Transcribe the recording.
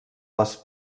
les